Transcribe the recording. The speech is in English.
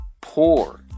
poor